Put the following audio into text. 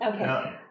Okay